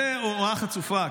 זו הוראה חצופה,